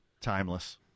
timeless